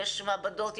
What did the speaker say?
יש מעבדות,